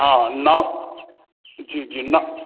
हाँ नाव जी जी ना